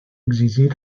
exigir